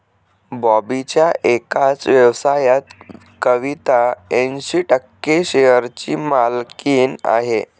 बॉबीच्या एकाच व्यवसायात कविता ऐंशी टक्के शेअरची मालकीण आहे